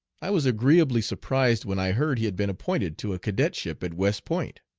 i was agreeably surprised when i heard he had been appointed to a cadetship at west point.